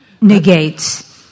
negates